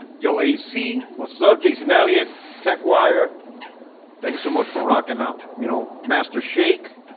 yo ac, what's up? jason? elliott tech wire thank you so much for rockin out, you know master shake